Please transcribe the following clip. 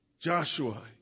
Joshua